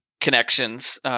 Connections